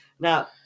Now